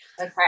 Okay